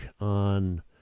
on